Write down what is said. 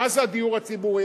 מה זה הדיור הציבורי?